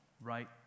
right